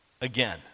again